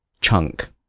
chunk